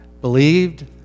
believed